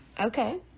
Okay